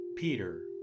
Peter